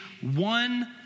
one